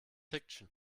fiction